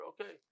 Okay